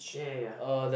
ya ya ya